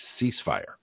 ceasefire